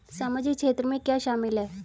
सामाजिक क्षेत्र में क्या शामिल है?